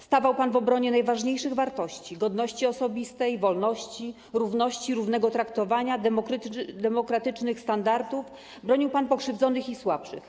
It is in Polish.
Stawał pan w obronie najważniejszych wartości, godności osobistej, wolności, równości i równego traktowania, demokratycznych standardów, bronił pan pokrzywdzonych i słabszych.